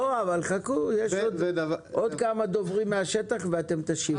חכו, יש עוד כמה דוברים מהשטח ואז אתם תשיבו.